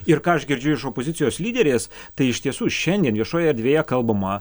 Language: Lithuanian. ir ką aš girdžiu iš opozicijos lyderės tai iš tiesų šiandien viešoje erdvėje kalbama